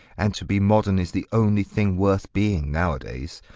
and to be modern is the only thing worth being nowadays.